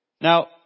Now